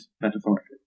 metaphorically